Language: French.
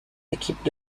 équipes